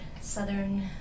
southern